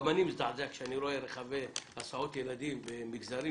אבל גם אני מזדעזע כשאני רואה רכבי הסעות ילדים במגזרים